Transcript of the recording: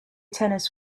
tennis